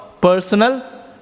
personal